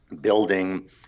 building